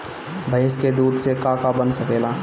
भइस के दूध से का का बन सकेला?